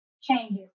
changes